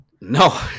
No